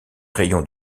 rayons